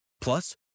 Plus